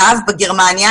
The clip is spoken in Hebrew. בגרמניה,